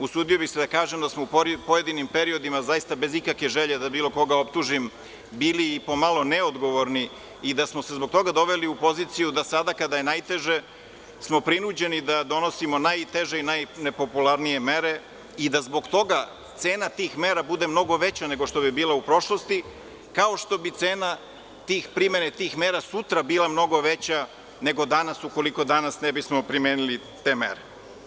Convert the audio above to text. Usudio bih se da kažem da smo u pojedinim periodima, zaista bez ikakve želje da bilo koga optužim, bili pomalo neodgovorni i da smo se zbog toga doveli u poziciju da sada, kada je najteže, smo prinuđeni da donosimo najteže i najnepopularnije mere i da zbog toga cena tih mera bude mnogo veća nego što bi bila u prošlosti, kao što bi cena tih primena i mera sutra bila mnogo veća nego danas ukoliko danas ne bismo primenili te mere.